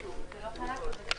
בשעה